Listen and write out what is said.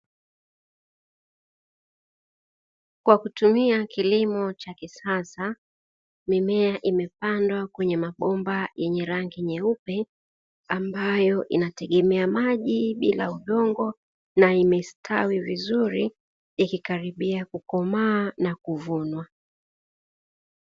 Kwa kutumia kilimo cha kisasa mimea imepandwa kwenye mabomba yenye rangi nyeupe, ambayo inategemea maji bila udongo na imestawi vizuri ikikaribia kukomaa na kuvunwa.